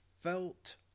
felt